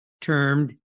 termed